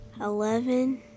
Eleven